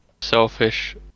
selfish